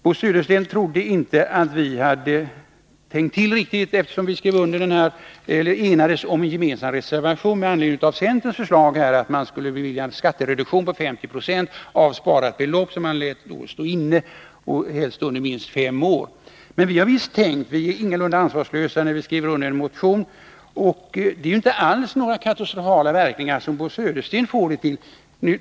Bo Södersten trodde inte att vi hade tänkt till riktigt, eftersom vi enades om en gemensam reservation med anledning av centerns förslag om en skattereduktion på 50 96 av sparat belopp som man låter stå inne under minst fem år. Men vi har visst tänkt, vi är ingalunda ansvarslösa när vi skriver under en motion. Och förslaget får inte alls så katastrofala verkningar som Bo Södersten får det till.